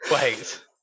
Wait